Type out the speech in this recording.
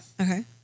Okay